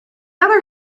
other